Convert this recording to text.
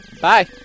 Bye